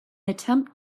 attempt